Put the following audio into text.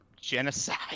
genocide